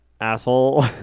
asshole